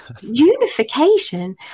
unification